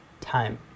time